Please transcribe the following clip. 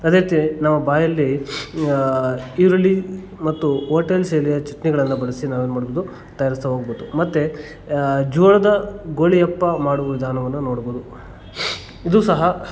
ಅದೇ ತಿ ನಾವು ಬಾಯಲ್ಲಿ ಈರುಳ್ಳಿ ಮತ್ತು ಹೋಟೆಲ್ ಶೈಲಿಯ ಚಟ್ನಿಗಳನ್ನು ಬಳಸಿ ನಾವು ಏನು ಮಾಡ್ಬೌದು ತಯಾರಿಸ್ತಾ ಹೋಗ್ಬೋದು ಮತ್ತು ಜೋಳದ ಗೋಳಿಯಪ್ಪ ಮಾಡುವ ವಿಧಾನವನ್ನು ನೋಡ್ಬೋದು ಇದು ಸಹ